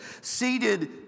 seated